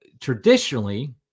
traditionally